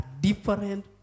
different